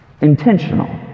intentional